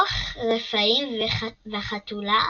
רוח רפאים והחתולה